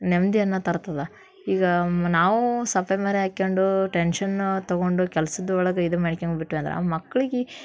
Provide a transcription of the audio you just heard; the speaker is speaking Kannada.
ನೆಮ್ಮದಿಯನ್ನ ತರ್ತದೆ ಈಗ ನಾವೂ ಸಪ್ಪೆ ಮೋರೆ ಹಾಕ್ಕೊಂಡು ಟೆನ್ಶನ್ ತೊಗೊಂಡು ಕೆಲ್ಸದ ಒಳಗೆ ಇದು ಮಾಡಿಕೊಂಡ್ಬಿಟ್ವಂದ್ರ ಮಕ್ಳಿಗೆ